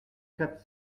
quatre